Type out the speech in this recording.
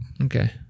Okay